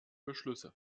beschlüsse